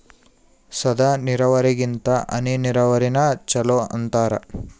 ಸಾದ ನೀರಾವರಿಗಿಂತ ಹನಿ ನೀರಾವರಿನ ಚಲೋ ಅಂತಾರ